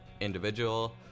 Individual